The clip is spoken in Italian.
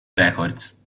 records